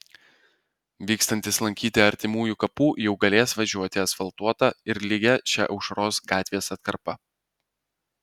vykstantys lankyti artimųjų kapų jau galės važiuoti asfaltuota ir lygia šia aušros gatvės atkarpa